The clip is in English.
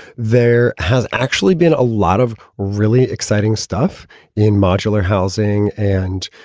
there has actually been a lot of really exciting stuff in modular housing and,